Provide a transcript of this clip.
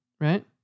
Right